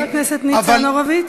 חבר הכנסת ניצן הורוביץ.